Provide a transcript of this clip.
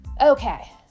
Okay